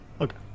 Okay